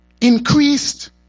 Increased